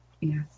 Yes